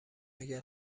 اگر